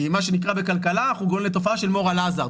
מה שנקרא בכלכלה שאנחנו גורמים לתופעה moral hazard,